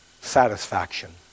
satisfaction